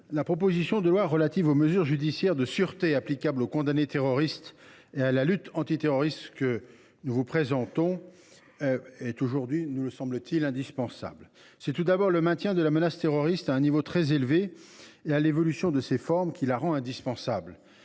la proposition de loi relative aux mesures judiciaires de sûreté applicables aux condamnés terroristes et renforçant la lutte antiterroriste que nous vous présentons est aujourd’hui indispensable. C’est d’abord le maintien de la menace terroriste à un niveau très élevé, ainsi que l’évolution de ses formes, qui la rendent nécessaire.